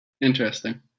Interesting